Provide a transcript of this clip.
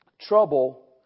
Trouble